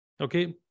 Okay